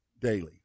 daily